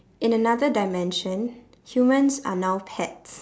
in another dimension humans are now pets